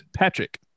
Patrick